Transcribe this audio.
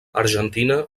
argentina